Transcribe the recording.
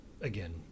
again